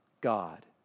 God